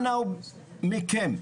אנא מכם,